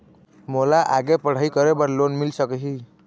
मोला आगे पढ़ई करे बर लोन मिल सकही?